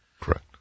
Correct